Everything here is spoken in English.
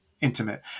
intimate